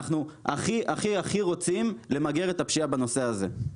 אנחנו הכי הכי רוצים למגר את הפשיעה בנושא הזה,